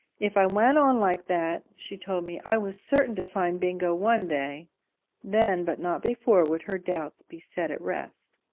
if i went on like that, she told me, i was certain to find bingo one day then, but not before, would her doubts be set at rest.